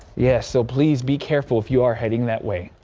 yes so please be careful if you are heading that way.